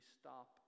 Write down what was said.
stop